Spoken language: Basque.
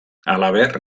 halaber